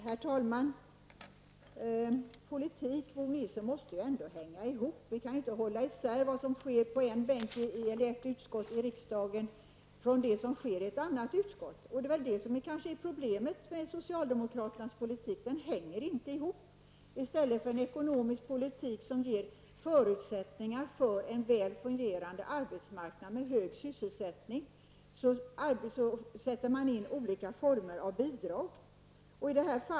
Herr talman! Bo Nilsson, politik måste ju ändå hänga ihop. Vi kan ju inte hålla isär vad som sker i ett utskott i riksdagen från det som sker i ett annat utskott. Det kanske är det som är problemet med socialdemokraternas politik: den hänger inte ihop. I stället för en ekonomisk politik som ger förutsättningar för en väl fungerande arbetsmarknad med hög sysselsättning sätter man in olika former av bidrag.